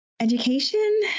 education